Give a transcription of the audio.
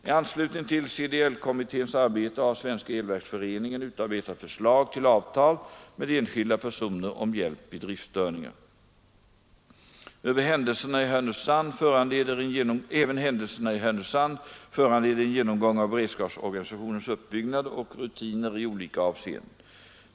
I anslutning till CDL-kommitténs arbete har Svenska elverksföreningen utarbetat förslag till avtal med enskilda personer om hjälp vid driftstörningar. Även händelserna i Härnösand föranleder en genomgång av beredskapsorganisationens uppbyggnad och rutiner i olika avseenden.